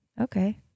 Okay